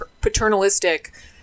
paternalistic